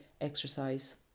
exercise